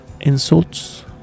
insults